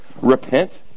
Repent